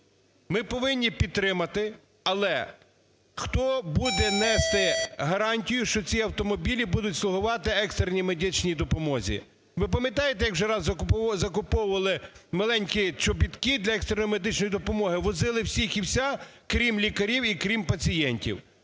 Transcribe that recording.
ми повинні підтримати. Але хто буде нести гарантію, що ці автомобілі будуть слугувати екстреній медичній допомозі? Ви пам'ятаєте, як вже раз закуповували маленькі чобітки для екстреної медичної допомоги, возили всіх і вся, крім лікарів і крім пацієнтів.